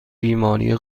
بیماری